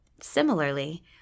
Similarly